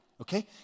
okay